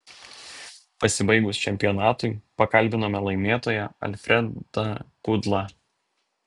pasibaigus čempionatui pakalbinome laimėtoją alfredą kudlą